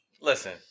listen